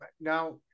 now